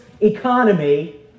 economy